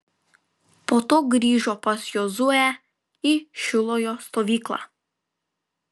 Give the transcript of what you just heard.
po to grįžo pas jozuę į šilojo stovyklą